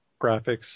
graphics